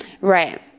Right